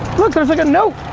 look, there's like a note.